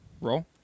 Roll